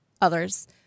others